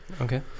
Okay